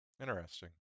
Interesting